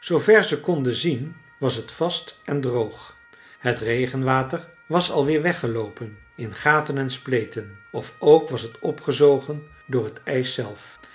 zoover ze het konden zien was het vast en droog het regenwater was al weer weggeloopen in gaten en spleten of ook was het opgezogen door het ijs zelf